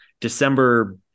December